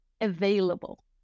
available